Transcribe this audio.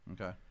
Okay